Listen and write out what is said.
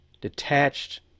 detached